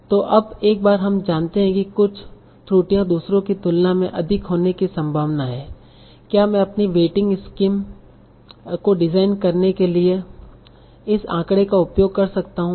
तो अब एक बार हम जानते हैं कि कुछ त्रुटियां दूसरों की तुलना में अधिक होने की संभावना है क्या मैं अपनी वेटींग स्कीम को डिजाइन करने के लिए इस आंकड़े का उपयोग कर सकता हूं